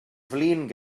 flin